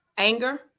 Anger